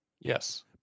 Yes